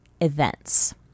events